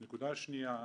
נקודה שנייה,